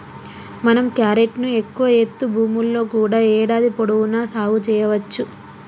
మనం క్యారెట్ ను ఎక్కువ ఎత్తు భూముల్లో కూడా ఏడాది పొడవునా సాగు సెయ్యవచ్చు